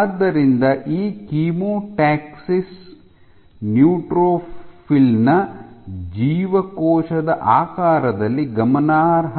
ಆದ್ದರಿಂದ ಈ chemotaxis neutrophil ನ ಜೀವಕೋಶದ ಆಕಾರದಲ್ಲಿ ಗಮನಾರ್ಹ